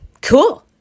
cool